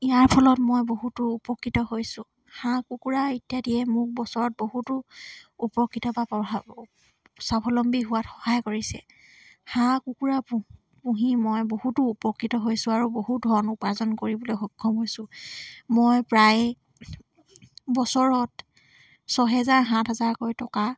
ইয়াৰ ফলত মই বহুতো উপকৃত হৈছোঁ হাঁহ কুকুৰা ইত্যাদিয়ে মোক বছৰত বহুতো উপকৃত বা ব স্বাৱলম্বী হোৱাত সহায় কৰিছে হাঁহ কুকুৰা পু পুহি মই বহুতো উপকৃত হৈছোঁ আৰু বহুত ধন উপাৰ্জন কৰিবলৈ সক্ষম হৈছোঁ মই প্ৰায় বছৰত ছহেজাৰ সাত হাজাৰকৈ টকা